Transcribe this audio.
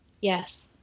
Yes